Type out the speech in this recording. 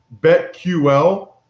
BetQL